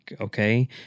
okay